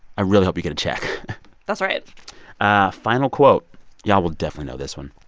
i really hope you get a check that's right ah final quote y'all will definitely know this one.